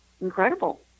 incredible